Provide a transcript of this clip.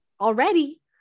already